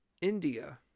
India